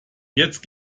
jetzt